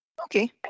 Okay